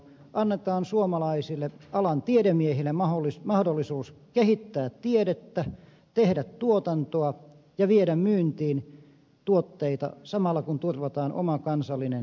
annetaan suomalaisille alan tiedemiehille mahdollisuus kehittää tiedettä tehdä tuotantoa ja viedä myyntiin tuotteita samalla kun turvataan oma kansallinen terveytemme